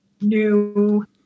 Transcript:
new